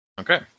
Okay